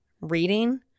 reading